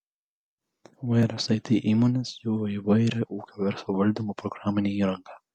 įvairios it įmonės siūlo įvairią ūkių verslo valdymo programinę įrangą